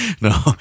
No